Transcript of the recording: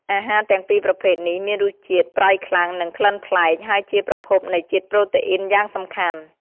អាហារទាំងពីរប្រភេទនេះមានរសជាតិ ប្រៃខ្លាំង និងក្លិនប្លែក ហើយជាប្រភពនៃជាតិប្រូតេអ៊ីនយ៉ាងសំខាន់។